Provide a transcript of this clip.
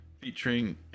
featuring